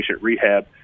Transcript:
rehab